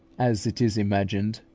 as it is imagined,